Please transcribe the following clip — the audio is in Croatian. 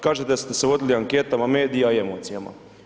Kažete da ste se vodili anketama medija i emocijama.